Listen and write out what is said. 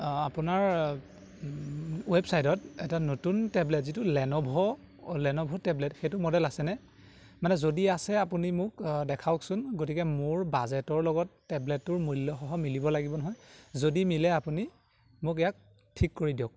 আপোনাৰ ৱেবছাইটত এটা নতুন টেবলেট যিটো লেন'ভ লেন'ভ টেবলেট সেইটো মডেল আছেনে মানে যদি আছে আপুনি মোক দেখাওকচোন গতিকে মোৰ বাজেটৰ লগত টেবলেটটোৰ মূল্যসহ মিলিব লাগিব নহয় যদি মিলে আপুনি মোক ইয়াক ঠিক কৰি দিয়ক